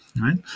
right